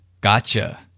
gotcha